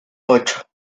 ocho